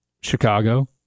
Chicago